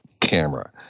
camera